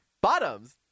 Bottoms